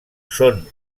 són